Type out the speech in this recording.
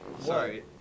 Sorry